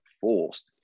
forced